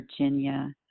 Virginia